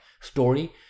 story